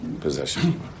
possession